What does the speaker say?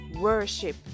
worship